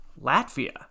Latvia